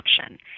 option